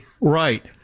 Right